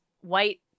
white